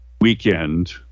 Weekend